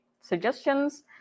suggestions